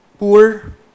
Poor